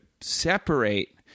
separate